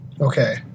Okay